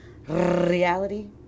reality